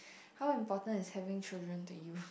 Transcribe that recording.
how important is having children to you